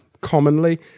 commonly